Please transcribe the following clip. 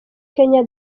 kenya